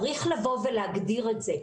צריך לבוא ולהגדיר את זה.